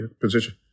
position